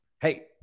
Hey